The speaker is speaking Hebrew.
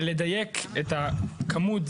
אלא ידייק את הזמן,